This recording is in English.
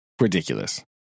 ridiculous